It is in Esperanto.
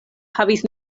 havis